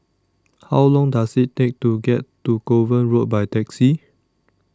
How Long Does IT Take to get to Kovan Road By Taxi